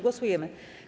Głosujemy.